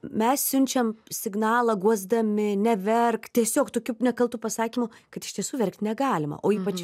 mes siunčiam signalą guosdami neverk tiesiog tokiu nekaltu pasakymu kad iš tiesų verkt negalima o ypač